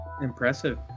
Impressive